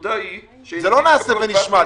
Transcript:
הנקודה היא --- זה לא נעשה ונשמע,